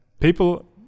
people